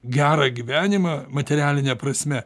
gerą gyvenimą materialine prasme